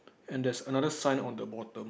and there's another sign on the bottom